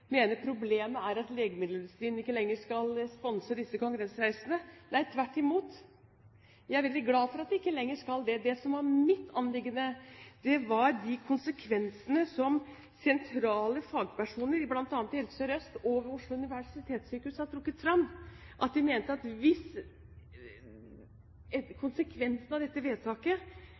mener problemet er at legemiddelindustrien ikke lenger skal sponse disse kongressreisene. Nei, tvert imot! Jeg er veldig glad for at den ikke lenger skal det. Det som var mitt anliggende, var de konsekvensene som sentrale fagpersoner i bl.a. Helse Sør-Øst og ved Oslo universitetssykehus har trukket fram. De mener at konsekvensene av dette vedtaket